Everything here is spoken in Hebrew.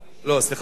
מס'